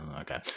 okay